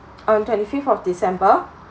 on twenty-fifth of december